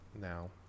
now